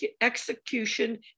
execution